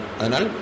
anal